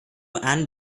and